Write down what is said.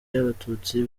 y’abatutsi